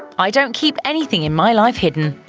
i don't keep anything in my life hidden.